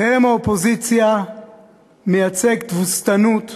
חרם האופוזיציה מייצג תבוסתנות,